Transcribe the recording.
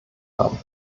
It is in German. haben